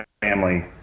family